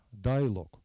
dialogue